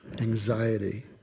anxiety